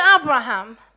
Abraham